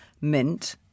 mint